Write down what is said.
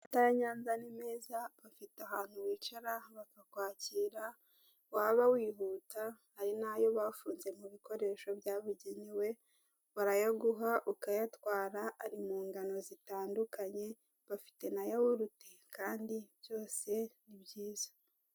Amata ya Nyanza ni meza bafite ahantu wicara bakakwakira, waba wihuta hari n'ayo bafunze mu bikoresho byabugenewe, barayaguha ukayatwara, ari mu ngano zitandukanye, bafite na yawurute kandi byose ni byiza.